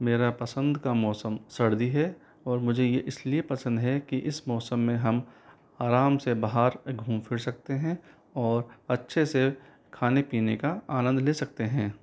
मेरा पसंद का मौसम सर्दी है ओर मुझे यह इसलिए पसंद है कि इस मौसम में हम आराम से बाहर घूम फिर सकते है और अच्छे से खाने पीने का आनंद ले सकते हैं